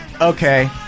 Okay